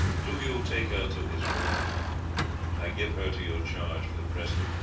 do you take her to his room i give her to your charge for the present.